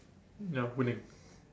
ya winning